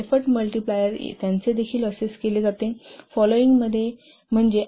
effort multiplier त्यांचे देखील assess केले जाते